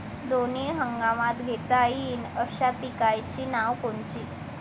दोनी हंगामात घेता येईन अशा पिकाइची नावं कोनची?